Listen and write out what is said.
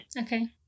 Okay